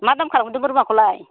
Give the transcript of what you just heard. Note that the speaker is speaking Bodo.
मा दाम खालामदों बोरमाखौलाय